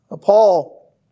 Paul